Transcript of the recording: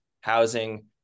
housing